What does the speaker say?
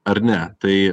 ar ne tai